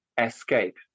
escape